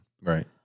Right